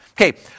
Okay